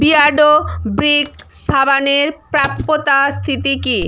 Beardo brick সাবানের প্রাপ্যতা স্থিতি কী